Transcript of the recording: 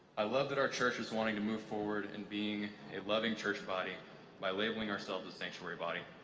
i love that our church is wanting to move forward and being a loving church body by labeling ourselves a sanctuary body.